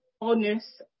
honest